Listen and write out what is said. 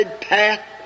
path